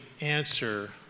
answer